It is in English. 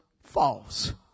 false